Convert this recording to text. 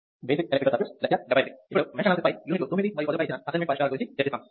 ఇప్పుడు mesh analysis పై యూనిట్లు 9 మరియు 10 లపై ఇచ్చిన అసైన్మెంట్ పరిష్కారం గురించి చర్చిస్తాము